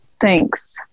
Thanks